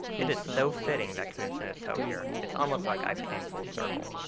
it is so fitting that commencement is held here. it's almost like i've came full circle.